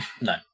No